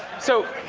so,